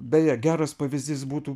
beje geras pavyzdys būtų